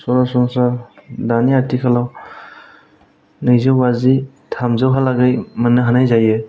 सरासनस्रा दानि आथिखालाव नैजौ बाजि थामजौ हालागै मोननो हानाय जायो